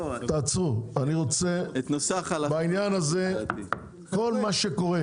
כל מה שקורה